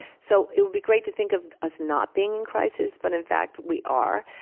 so it would be great to think of us not being in crisis, but in fact we are.